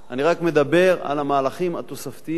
אני רק מדבר על המהלכים התוספתיים,